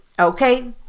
okay